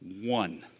One